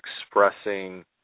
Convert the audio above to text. expressing